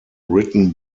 written